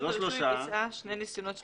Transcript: שני ניסיונות שליחה.